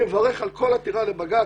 אני מברך על כל עתירה לבג"ץ.